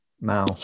Mao